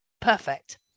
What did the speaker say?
Perfect